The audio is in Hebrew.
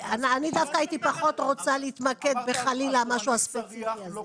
אני דווקא הייתי פחות רוצה להתמקד בחלילה במשהו הספציפי הזה.